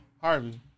Harvey